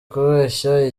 kubeshya